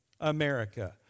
America